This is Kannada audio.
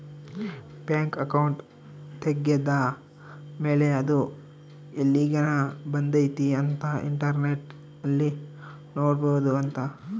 ಬ್ಯಾಂಕ್ ಅಕೌಂಟ್ ತೆಗೆದ್ದ ಮೇಲೆ ಅದು ಎಲ್ಲಿಗನ ಬಂದೈತಿ ಅಂತ ಇಂಟರ್ನೆಟ್ ಅಲ್ಲಿ ನೋಡ್ಬೊದು ಅಂತ